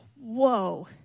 whoa